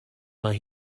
mae